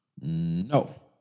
No